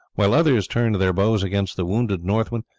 while others turned their bows against the wounded northman,